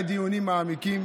היו דיונים מעמיקים